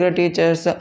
teachers